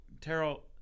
Terrell